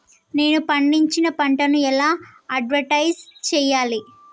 నేను పండించిన పంటను ఎలా అడ్వటైస్ చెయ్యాలే?